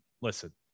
listen